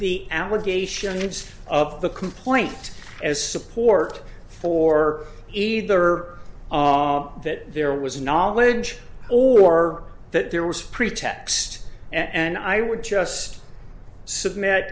the allegations of the complaint as support for either that there was knowledge or that there was pretext and i would just submit